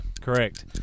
Correct